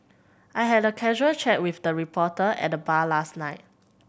I had a casual chat with a reporter at the bar last night